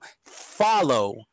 follow